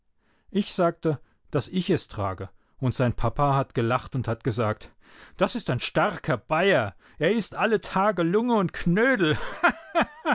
ich sagte daß ich es trage und sein papa hat gelacht und hat gesagt das ist ein starker bayer er ißt alle tage lunge und knödel